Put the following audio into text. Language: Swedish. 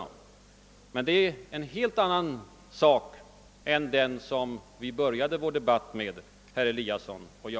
Men det är en helt annan fråga än den som herr Eliasson och jag började vår debatt med.